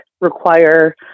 require